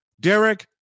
Derek